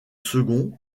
second